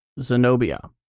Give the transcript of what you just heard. Zenobia